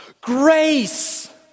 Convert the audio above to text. Grace